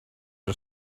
her